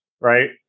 right